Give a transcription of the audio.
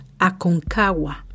Aconcagua